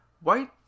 white